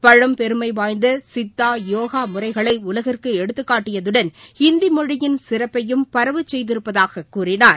பழம்பெருமை வாய்ந்த சித்தூ யோகா முறைகளை உலகிற்கு எடுத்துக்காட்டியதுடன் ஹிந்தி மொழியின் சிறப்பையும் பரவச் செய்திரப்பதாகக் கூறினார்